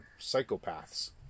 psychopaths